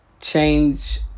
change